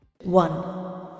One